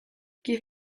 give